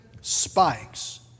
spikes